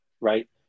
right